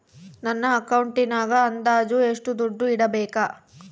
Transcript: ನನ್ನ ಅಕೌಂಟಿನಾಗ ಅಂದಾಜು ಎಷ್ಟು ದುಡ್ಡು ಇಡಬೇಕಾ?